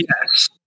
yes